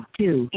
two